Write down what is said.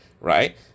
right